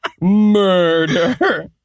murder